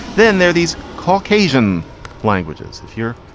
then there are these caucasian languages. if you're,